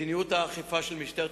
רצוני לשאול: מדוע ניתנה הנחיה שמשמעותה